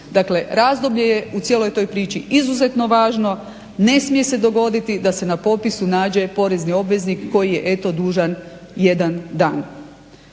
Dakle razdoblje je u cijeloj toj priči izuzetno važno, ne smije se dogoditi da se na popisu nađe porezni obveznik koji je eto dužan jedan dan.